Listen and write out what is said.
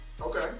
Okay